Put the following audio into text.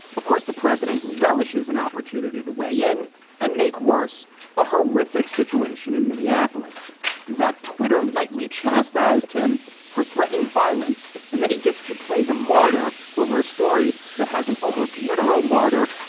of course, the president relishes an opportunity to weigh in and make worse a horrific situation in minneapolis that twitter lightly chastised him for threatening violence. and then he gets to play the martyr over a story that has an almost literal martyr.